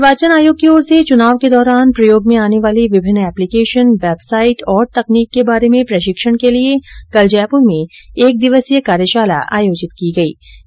निर्वाचन आयोग की ओर से चुनाव के दौरान प्रयोग में आने वाली विभिन्न एप्लीकेशन वेबसाइट और तकनीक के बारे में प्रशिक्षण के लिए कल जयपुर में एक दिवसीय कार्यशाला आयोजित की गयी